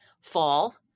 fall